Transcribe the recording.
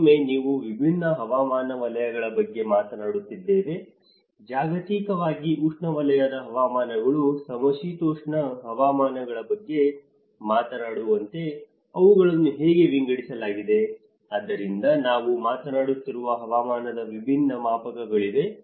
ಮತ್ತೊಮ್ಮೆ ನಾವು ವಿಭಿನ್ನ ಹವಾಮಾನ ವಲಯಗಳ ಬಗ್ಗೆ ಮಾತನಾಡುತ್ತಿದ್ದೇವೆ ಜಾಗತಿಕವಾಗಿ ಉಷ್ಣವಲಯದ ಹವಾಮಾನಗಳು ಸಮಶೀತೋಷ್ಣ ಹವಾಮಾನಗಳ ಬಗ್ಗೆ ಮಾತನಾಡುವಂತೆ ಅವುಗಳನ್ನು ಹೇಗೆ ವಿಂಗಡಿಸಲಾಗಿದೆ ಆದ್ದರಿಂದ ನಾವು ಮಾತನಾಡುತ್ತಿರುವ ಹವಾಮಾನದ ವಿಭಿನ್ನ ಮಾಪಕಗಳಿವೆ